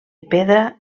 pedra